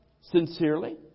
sincerely